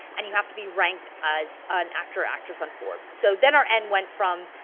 and you have to be ranked as an actor or actress on forbes. so then our end went from,